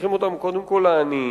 צריכים אותם קודם כול העניים,